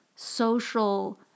Social